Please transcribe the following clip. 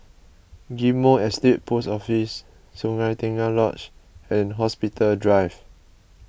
Ghim Moh Estate Post Office Sungei Tengah Lodge and Hospital Drive